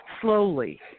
slowly